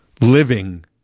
living